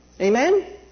Amen